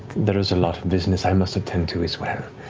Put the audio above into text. there is a lot of business i must attend to as well.